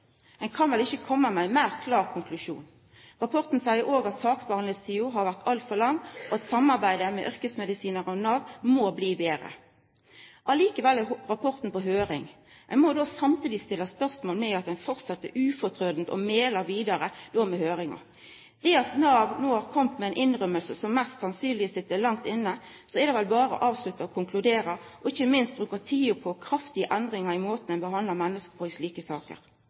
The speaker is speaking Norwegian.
Ein kan vel ikkje koma med ein klarare konklusjon. Rapporten seier òg at saksbehandlingstida har vore altfor lang, og at samarbeidet mellom yrkesmedisinarar og Nav må bli betre. Likevel er rapporten på høyring. Ein må då samtidig stilla spørsmål ved at ein fortset utrøytteleg å mæla vidare med høyringar. Når Nav no har kome med ei innrømming som mest sannsynleg sat langt inne, er det vel berre å avslutta og konkludera, og ikkje minst bruka tida på kraftige endringar i måten ein behandlar menneske på i slike saker.